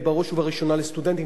ובראש ובראשונה לסטודנטים,